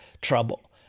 trouble